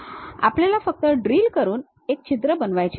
आपल्याला फक्त ड्रिल करून एक छिद्र बनवायचे आहे